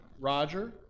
Roger